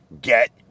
get